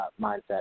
mindset